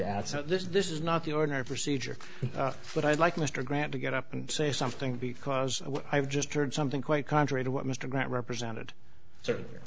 this is this is not the ordinary procedure but i'd like mr grant to get up and say something because i've just heard something quite contrary to what mr grant represented s